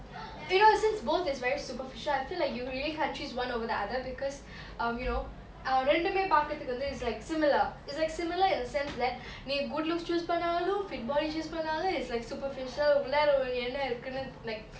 you know since both it's very superficial I feel like you really can't choose one over the other because um you know err ரெண்டுமே பாக்குரதுக்கு வந்து:rendume paakurathuku vanthu is like similar is like similar in the sense that நீ:nee good looks choose பன்னாலு:pannalu fit body choose பன்னாலு:pannalu is like superficial உள்ளார ஒரு என்ன இருக்குனு:ullara oru enna irukunu like